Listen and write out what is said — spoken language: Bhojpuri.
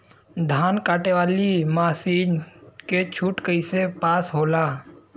धान कांटेवाली मासिन के छूट कईसे पास होला?